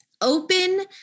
open